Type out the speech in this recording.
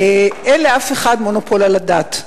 אין לאף אחד מונופול על הדת,